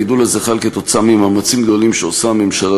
הגידול הזה חל עקב מאמצים גדולים שעושה הממשלה,